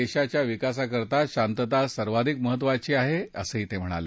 देशाच्या विकासाकरिता शांतता सर्वाधिक महत्त्वाची आहे असं ते म्हणाले